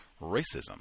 racism